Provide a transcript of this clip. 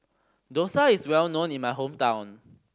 dosa is well known in my hometown